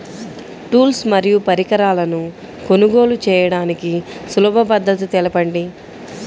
Tools మరియు పరికరాలను కొనుగోలు చేయడానికి సులభ పద్దతి తెలపండి?